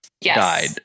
died